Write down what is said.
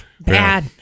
bad